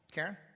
Karen